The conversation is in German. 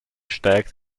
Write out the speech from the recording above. steigt